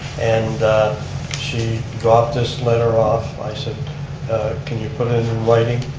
and she dropped this letter off. i said can you put it in writing,